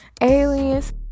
aliens